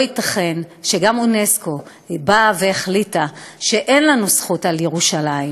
לא ייתכן שגם אונסק"ו באה והחליטה שאין לנו זכות על ירושלים.